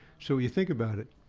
so you think about it,